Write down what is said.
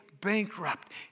bankrupt